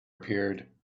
appeared